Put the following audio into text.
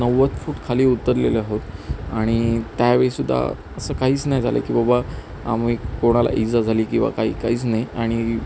नव्वद फूट खाली उतरलेले आहोत आणि त्यावेळी सुद्धा असं काहीच नाही झालं की बाबा आम्ही एक कोणाला इजा झाली किंवा काही काहीच नाही आणि